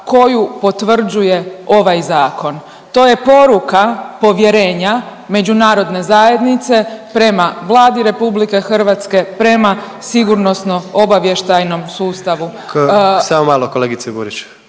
koju potvrđuje ovaj zakon. To je poruka povjerenja međunarodne zajednice prema Vladi RH, prema Sigurnosno-obavještajnom sustavu…